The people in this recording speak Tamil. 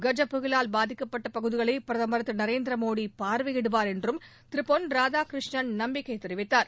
கஜ புயலினால் பாதிக்கப்பட்ட பகுதிகளை பிரதமர் திரு நரேந்திர மோடி பார்வையிடுவார் என்றும் திரு பொன் ராதாகிருஷ்ணன் நம்பிக்கை தெரிவித்தார்